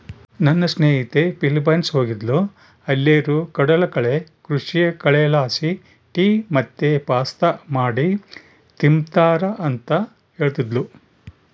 ನನ್ನ ಸ್ನೇಹಿತೆ ಫಿಲಿಪೈನ್ಸ್ ಹೋಗಿದ್ದ್ಲು ಅಲ್ಲೇರು ಕಡಲಕಳೆ ಕೃಷಿಯ ಕಳೆಲಾಸಿ ಟೀ ಮತ್ತೆ ಪಾಸ್ತಾ ಮಾಡಿ ತಿಂಬ್ತಾರ ಅಂತ ಹೇಳ್ತದ್ಲು